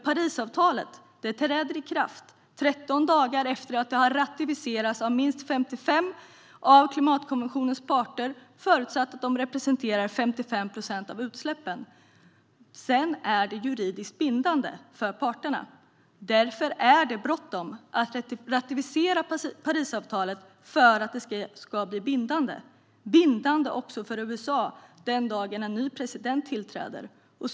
Parisavtalet träder i kraft 13 dagar efter att det har ratificerats av minst 55 av klimatkonventionens parter förutsatt att de representerar 55 procent av utsläppen. Sedan är det juridiskt bindande för parterna. För att det ska bli bindande är det därför bråttom att ratificera Parisavtalet. Det blir då även bindande för USA den dag då en ny president tillträder.